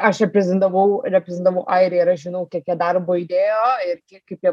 aš reprezentavau reprezentavau airiją ir aš žinau kiek jie darbo įdėjo ir jie kaip ir